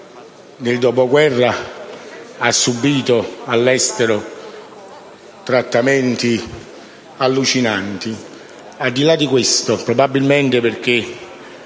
nel dopoguerra ha subito all'estero trattamenti allucinanti.